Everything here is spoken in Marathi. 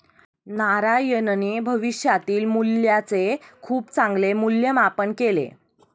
नारायणने भविष्यातील मूल्याचे खूप चांगले मूल्यमापन केले